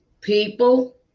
People